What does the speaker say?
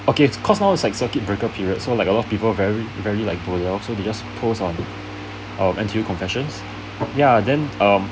okay cause now it's like circuit breaker period so like a lot of people very very like bo liao so they just post on um N_T_U confessions ya then um